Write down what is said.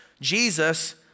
Jesus